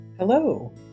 Hello